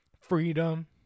Freedom